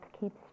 keeps